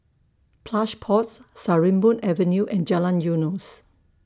Plush Pods Sarimbun Avenue and Jalan Eunos